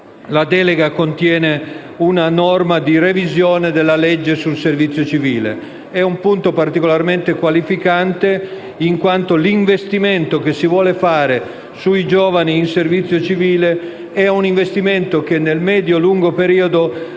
la delega contiene una norma di revisione della legge sul servizio civile. È un punto particolarmente qualificante, in quanto si vuole fare un investimento sui giovani in servizio civile che nel medio-lungo periodo